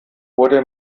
wurde